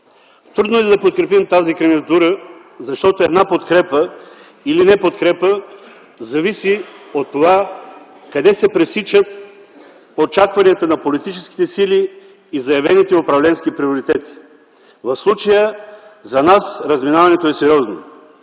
Трудно е да подкрепим тази кандидатура, защото една подкрепа или неподкрепа зависи от това къде се пресичат очакванията на политическите сили и заявените управленски приоритети. В случая за нас разминаването е сериозно.